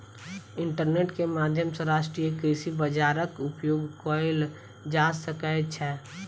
internet के माध्यम सॅ राष्ट्रीय कृषि बजारक उपयोग कएल जा सकै छै